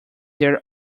their